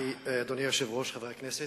אדוני היושב-ראש, חברי הכנסת,